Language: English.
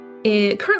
currently